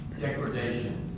degradation